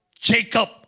Jacob